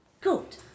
Good